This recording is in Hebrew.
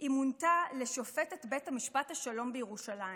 היא מונתה לשופטת בית משפט השלום בירושלים.